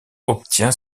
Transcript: obtient